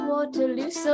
Waterloo